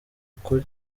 ukuri